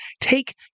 take